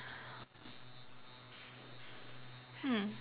hmm